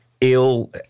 ill